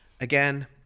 again